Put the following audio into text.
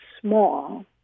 small